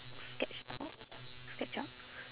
sketchup sketchup